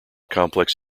complex